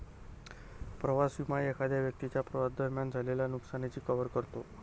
प्रवास विमा एखाद्या व्यक्तीच्या प्रवासादरम्यान झालेल्या नुकसानाची कव्हर करतो